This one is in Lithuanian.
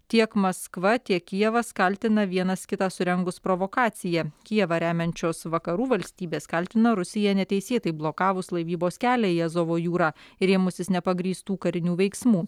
tiek maskva tiek kijevas kaltina vienas kitą surengus provokaciją kijevą remiančios vakarų valstybės kaltina rusiją neteisėtai blokavus laivybos kelią į azovo jūrą ir ėmusis nepagrįstų karinių veiksmų